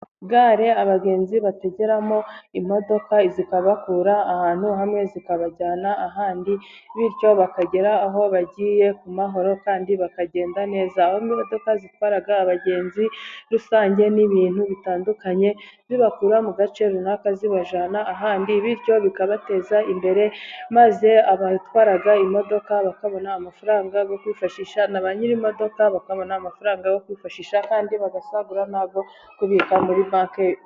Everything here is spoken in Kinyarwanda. Gare abagenzi bategeramo imodoka zikabakura ahantu hamwe zikabajyana ahandi. Bityo bakagera aho bagiye ku mahoro kandi bakagenda neza. Aho imodoka zitwara abagenzi rusange n'ibintu bitandukanye bibakura mu gace runaka zibajyana ahandi, bityo bikabateza imbere. Maze abatwara imodoka bakabona amafaranga yo kwifashisha, na ba nyir'imodoka bakabona amafaranga yo kwifashisha kandi bagasagura ayo kubika muri banke.